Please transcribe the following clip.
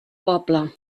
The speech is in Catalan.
poble